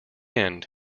end